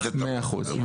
מאה אחוז.